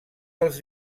dels